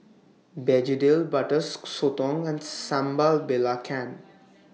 Begedil Butter Sotong and Sambal Belacan